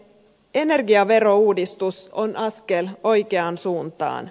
energiaverouudistus on askel oikeaan suuntaan